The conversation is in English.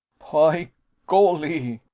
py golly.